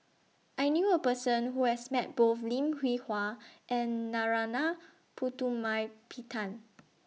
I knew A Person Who has Met Both Lim Hwee Hua and Narana Putumaippittan